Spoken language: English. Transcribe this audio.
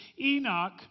Enoch